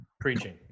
preaching